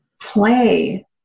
play